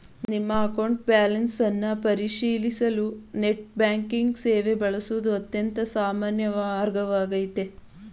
ನಿಮ್ಮ account balance ಅನ್ನ ಪರಿಶೀಲಿಸಲು ನೆಟ್ ಬ್ಯಾಂಕಿಂಗ್ ಸೇವೆ ಬಳಸುವುದು ಅತ್ಯಂತ ಸಾಮಾನ್ಯ ಮಾರ್ಗವಾಗೈತೆ